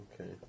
Okay